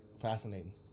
fascinating